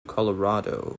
colorado